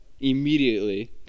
immediately